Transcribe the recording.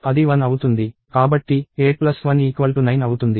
కాబట్టి 81 9 అవుతుంది